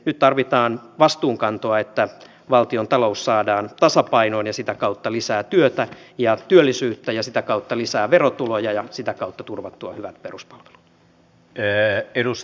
nyt tarvitaan vastuunkantoa että valtiontalous saadaan tasapainoon ja sitä kautta lisää työtä ja työllisyyttä ja sitä kautta lisää verotuloja ja sitä kautta turvattua hyvät peruspalvelut